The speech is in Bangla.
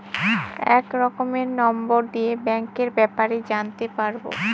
এক রকমের নম্বর দিয়ে ব্যাঙ্কের ব্যাপারে জানতে পারবো